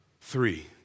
Three